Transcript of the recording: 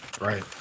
Right